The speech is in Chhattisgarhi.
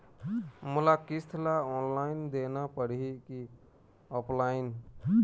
मोला किस्त ला ऑनलाइन देना पड़ही की ऑफलाइन?